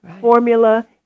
formula